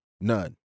None